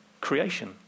creation